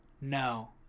No